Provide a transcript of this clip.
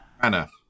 Anna